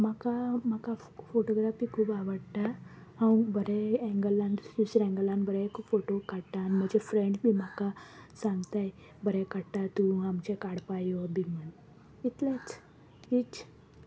म्हाका म्हाका फोटोग्राफी खूब आवडटा हांव बरें एंगलान दुसऱ्या एंगलान बरे फोटो काडटा आनी म्हजे फ्रेंड्स बी म्हाका सांगतात बरें काडटा तूं आमचे काडपाक यो बी म्हण इतलेंच हीच